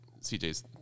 CJ's